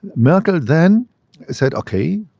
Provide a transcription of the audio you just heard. merkel then said, okay,